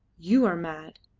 you are mad.